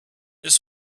this